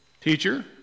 teacher